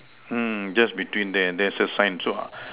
mm just between there there's a sign so